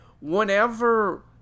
whenever